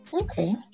Okay